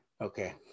Okay